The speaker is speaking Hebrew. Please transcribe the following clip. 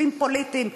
לכספים פוליטיים,